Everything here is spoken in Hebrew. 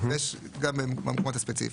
וגם במקומות הספציפיים.